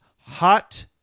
Hot